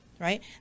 right